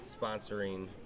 sponsoring